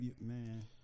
Man